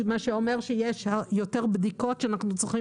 מה שאומר שיש יותר בדיקות שאנחנו צריכים